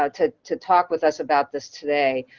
ah to to talk with us about this today.